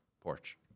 porch